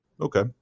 Okay